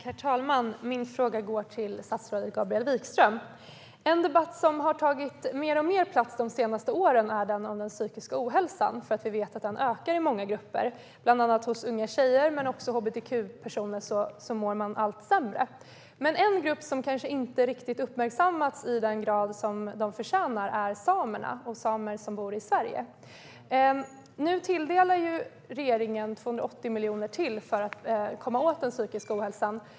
Herr talman! Min fråga går till statsrådet Gabriel Wikström. En debatt som har tagit mer och mer plats de senaste åren handlar om den psykiska ohälsan. Vi vet ju att den ökar i många grupper, bland annat hos unga tjejer, men också hbtq-personer mår allt sämre. En grupp som kanske inte riktigt har uppmärksammats i den grad som de förtjänar är de samer som bor i Sverige. Nu tilldelar regeringen ytterligare 280 miljoner för att komma åt den psykiska ohälsan.